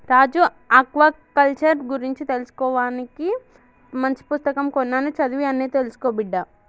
రాజు aquaculture గురించి తెలుసుకోవానికి మంచి పుస్తకం కొన్నాను చదివి అన్ని తెలుసుకో బిడ్డా